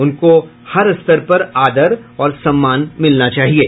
उनको हर स्तर पर आदर और सम्मान मिलना चाहिये